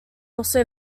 also